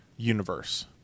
universe